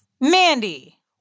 Mandy